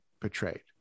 portrayed